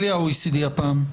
בלי ה-OECD הפעם.